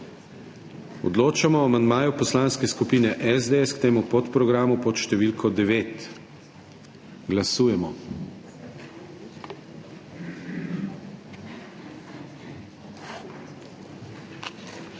Odločamo o amandmaju Poslanske skupine SDS k temu podprogramu pod številko 1. Glasujemo.